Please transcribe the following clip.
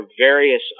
various